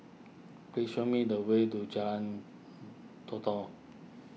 please show me the way to Jalan Todak